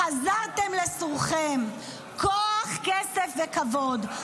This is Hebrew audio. חזרתם לסורכם, כוח כסף וכבוד.